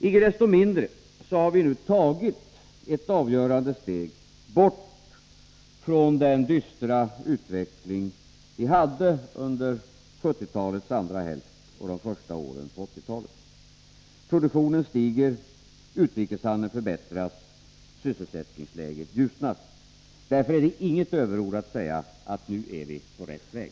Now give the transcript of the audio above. Icke desto mindre har vi nu tagit ett avgörande steg bort från den dystra utveckling vi hade under 1970-talets andra hälft och under de första åren på 1980-talet. Produktionen stiger, utrikeshandeln förbättras och sysselsättningsläget ljusnar. Det är därför inga överord att säga: Nu är vi på rätt väg.